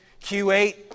Q8